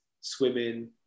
swimming